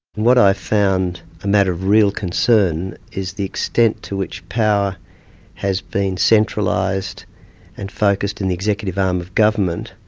what i found a matter of real concern is the extent to which power has been centralised and focused in the executive arm of government,